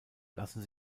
lassen